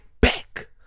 back